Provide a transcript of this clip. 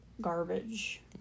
garbage